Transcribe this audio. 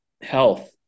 health